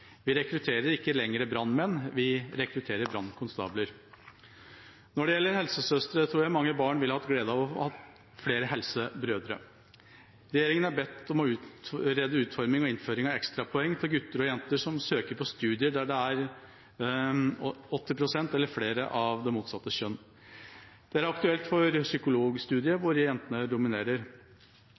Vi rekrutterer ikke lenger brannmenn, vi rekrutterer brannkonstabler. Når det gjelder helsesøstre, tror jeg mange barn ville hatt glede av at vi hadde flere helsebrødre. Regjeringa er bedt om å utrede utforming og innføring av ekstrapoeng til gutter og jenter som søker på studier der det er 80 pst. eller flere av det motsatte kjønn. Det er aktuelt for psykologistudiet, hvor jentene dominerer,